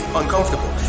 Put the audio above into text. uncomfortable